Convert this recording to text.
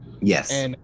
Yes